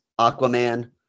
Aquaman